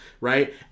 right